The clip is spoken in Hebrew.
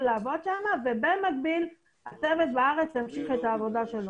לעבוד שם ובמקביל הצוות בארץ ימשיך את העבודה שלו.